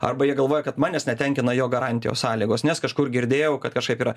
arba jie galvoja kad manęs netenkina jo garantijos sąlygos nes kažkur girdėjau kad kažkaip yra